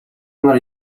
нар